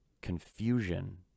Confusion